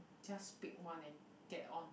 just pick one and get on